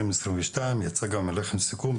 יצא אליכם גם סיכום,